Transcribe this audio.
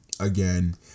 again